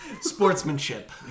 Sportsmanship